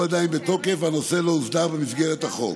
עדיין בתוקף והנושא לא הוסדר במסגרת החוק.